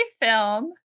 film